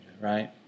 right